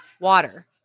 water